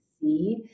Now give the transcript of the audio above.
see